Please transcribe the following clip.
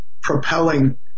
propelling